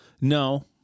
No